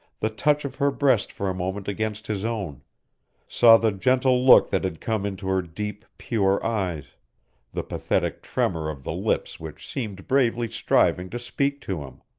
the touch of her breast for a moment against his own saw the gentle look that had come into her deep, pure eyes the pathetic tremor of the lips which seemed bravely striving to speak to him.